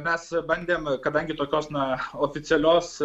mes bandėm kadangi tokios na oficialios